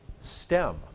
stem